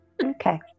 okay